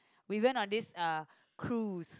we went on this uh cruise